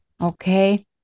Okay